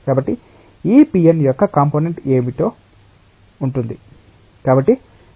కాబట్టి ఈ p n యొక్క కంపోనెంట్ ఏమిటో ఉంటుంది